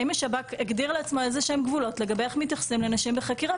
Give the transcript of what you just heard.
האם השב"כ הגדיר לעצמו איזשהם גבולות לגבי איך מתייחסים לנשים בחקירה,